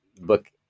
book